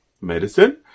medicine